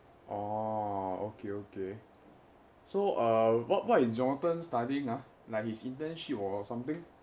orh okay okay so uh what what is jonathan studying ah like his internship or something